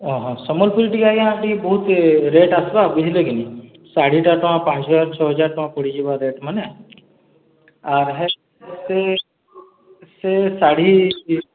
ସମ୍ବଲପୁରୀ ଟିକେ ଆଜ୍ଞା ଟିକେ ବହୁତ୍ ରେଟ୍ ଆସ୍ବା ବୁଝ୍ଲେ କି ନି ଶାଢ଼ୀଟା ତ ପାଞ୍ଚ୍ ହଜାର୍ ଛଅ ହଜାର୍ ଟଙ୍କା ପଡ଼ିଯିବା ରେଟ୍ ମାନେ ଆର୍ ସେ ଶାଢ଼ୀ